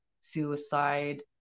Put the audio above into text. suicide